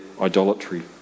idolatry